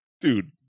dude